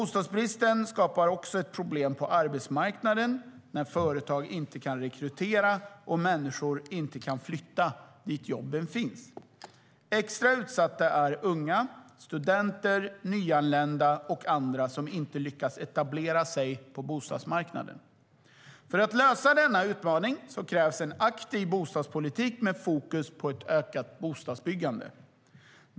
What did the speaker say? Bostadsbristen skapar också problem på arbetsmarknaden, när företag inte kan rekrytera och människor inte kan flytta dit jobben finns. Extra utsatta är unga, studenter, nyanlända och andra som inte lyckas etablera sig på bostadsmarknaden. För att lösa denna utmaning krävs en aktiv bostadspolitik med fokus på ett ökat bostadsbyggande.